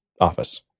Office